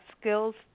skills